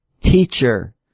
teacher